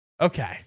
Okay